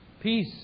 Peace